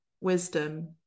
wisdom